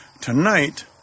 tonight